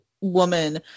woman